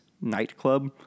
Nightclub